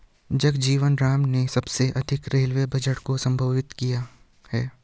जगजीवन राम ने सबसे अधिक रेलवे बजट को संबोधित किया है